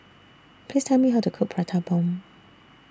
Please Tell Me How to Cook Prata Bomb